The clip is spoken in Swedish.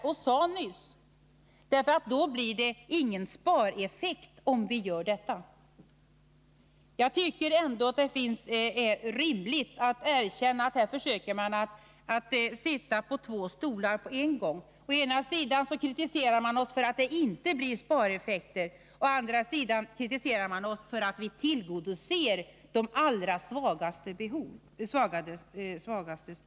Om vi gör det blir det ingen spareffekt, sade Sven Aspling. Erkänn att ni här försöker att sitta på två stolar samtidigt: Å ena sidan kritiserar ni oss för att vi inte tillgodoser de allra svagastes behov, å andra sidan för att det då inte blir några spareffekter.